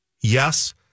Yes